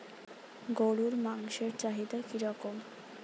গরুর মাংসের চাহিদা কি রকম?